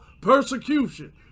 persecution